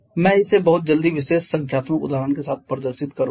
मैं इसे बहुत जल्दी विशेष संख्यात्मक उदाहरण के साथ प्रदर्शित करूंगा